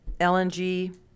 LNG